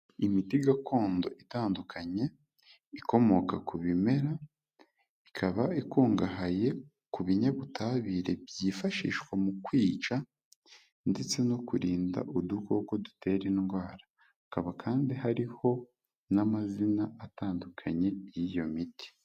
Imiti gakondo itandukanye ikomoka ku bimera, ikaba ikungahaye ku binyabutabire byifashishwa mu kwica ndetse no kurinda udukoko dutera indwara, hakaba kandi hariho n'amazina atandukanye y'iyo miti.